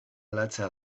latza